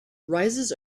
rises